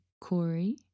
Corey